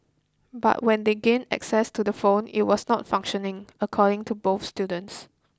but when they gained access to the phone it was not functioning according to both students